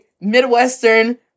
Midwestern